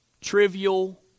trivial